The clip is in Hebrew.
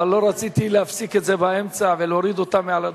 אבל לא רציתי להפסיק באמצע ולהוריד אותם מעל הדוכן.